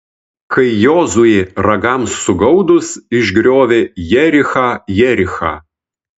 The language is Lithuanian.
kai jozuė ragams sugaudus išgriovė jerichą jerichą